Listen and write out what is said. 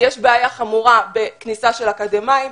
יש בעיה חמורה בכניסה של אקדמאים.